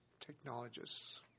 Technologists